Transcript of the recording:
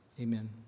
Amen